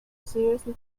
seriously